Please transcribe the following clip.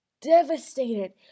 devastated